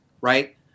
right